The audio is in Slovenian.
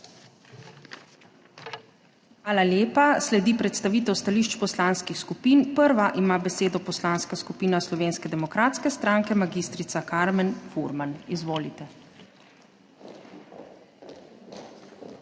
Hvala lepa. Sledi predstavitev stališč poslanskih skupin. Prva ima besedo Poslanska skupina Slovenske demokratske stranke, mag. Karmen Furman. Izvolite. MAG.